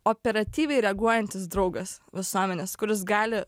operatyviai reaguojantis draugas visuomenės kuris gali